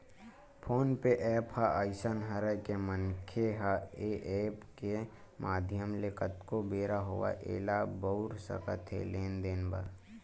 phone पे app ह अइसन हरय के मनखे ह ऐ ऐप के माधियम ले कतको बेरा होवय ऐला बउर सकत हे लेन देन बर